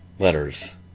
letters